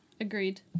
agreed